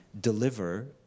deliver